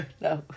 no